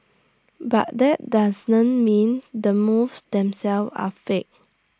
but that doesn't mean the moves themselves are fake